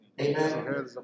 Amen